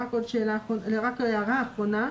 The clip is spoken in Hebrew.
רק הערה אחרונה.